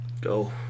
Go